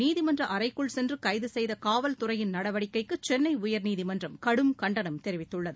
நீதிமன்ற அறைக்குள் சென்று கைது செய்த காவல்துறையின் நடவடிக்கைக்கு சென்னை உயா்நீதிமன்றம் கடும் கண்டனம் தெரிவித்துள்ளது